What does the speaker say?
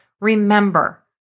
Remember